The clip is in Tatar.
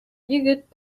егет